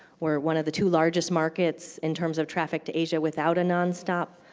where one of the two largest markets, in terms of traffic to asia without a nonstop.